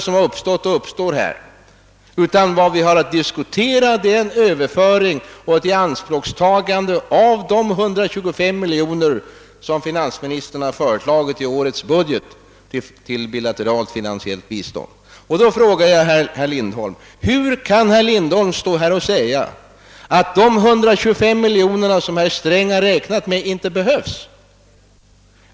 som uppstått och uppstår, utan vad vi har att diskutera är en överföring och ett ianspråktagande av de 125 miljoner kronor som finansministern har upptagit i årets budget till bilateralt finansiellt bistånd. Då frågar jag: Hur kan herr Lindholm stå här och säga att de 125 miljoner som herr Sträng räknat med inte behövs?